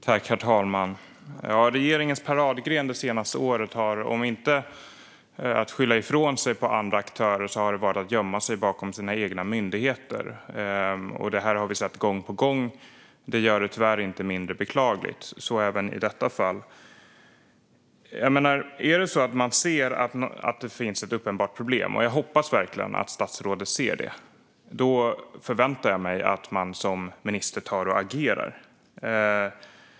Herr talman! Regeringens paradgren det senaste året, om inte att skylla ifrån sig på andra aktörer, har varit att gömma sig bakom sina egna myndigheter. Det har vi sett gång på gång, vilket inte gör det mindre beklagligt, och vi ser det tyvärr även i detta fall. Om man som ansvarig minister ser att det finns ett uppenbart problem - och det hoppas jag verkligen att statsrådet gör - förväntar jag mig att man agerar.